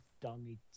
dummy